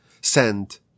send